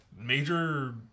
major